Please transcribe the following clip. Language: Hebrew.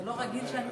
אתה לא רגיל שאני